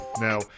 Now